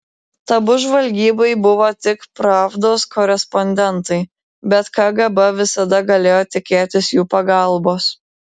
tabu žvalgybai buvo tik pravdos korespondentai bet kgb visada galėjo tikėtis jų pagalbos